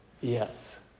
yes